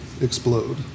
explode